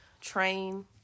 train